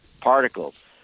particles